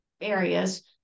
areas